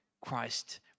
Christ